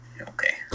Okay